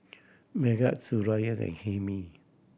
Megat Suraya and Hilmi